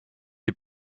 les